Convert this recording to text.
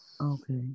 Okay